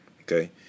Okay